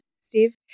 Steve